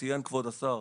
ציין כבוד השר,